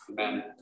amen